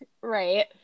right